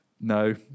No